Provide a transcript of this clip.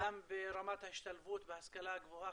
וגם ברמת ההשתלבות בהשכלה הגבוהה,